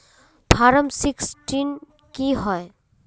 Form sixteen की होय?